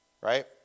right